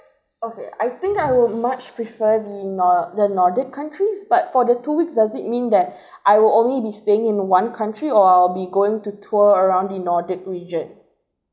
okay I think I would much prefer the nor~ the nordic countries but for the two weeks does it mean that I will only be staying in one country or I'll be going to tour around the nordic region